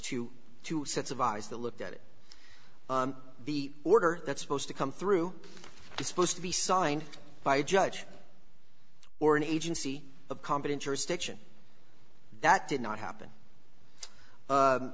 to two sets of eyes that looked at it the order that's supposed to come through disposed to be signed by a judge or an agency of competent jurisdiction that did not happen